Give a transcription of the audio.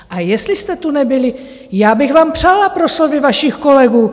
A jestli jste tu nebyli, já bych vám přála proslovy vašich kolegů.